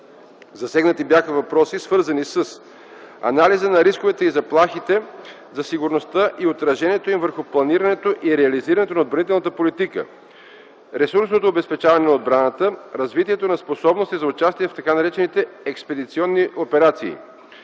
Засегнати бяха въпроси, свързани с анализа на рисковете и заплахите за сигурността и отражението му върху планирането и реализирането на отбранителната политика, ресурсното обезпечаване на отбраната, развитието на способности за участие в така наречените експедиционни операции.